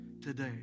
today